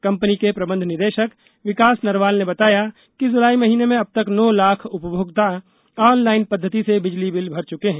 company के प्रबंध निदेषक विकास नरवाल ने बताया कि जुलाई महीने में अब तक नौ लाख उपभोक्ता ऑनलाइन पद्दति से बिजली बिल भर चुके हैं